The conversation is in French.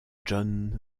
john